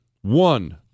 One